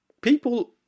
people